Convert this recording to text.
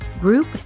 group